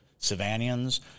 Savannians